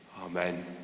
Amen